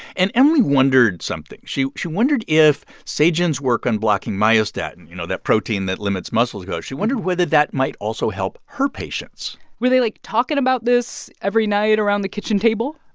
and emily wondered something. she she wondered if se-jin's work on blocking myostatin you know, that protein that limits muscles growth she wondered whether that might also help her patients were they, like, talking about this every night around the kitchen table?